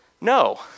No